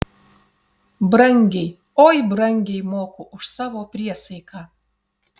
brangiai oi brangiai moku už savo priesaiką